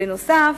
בנוסף,